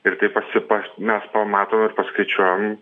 ir taip pasipašt mes pamatom ir paskaičiuojam